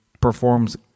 performs